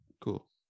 Cool